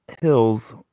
Hills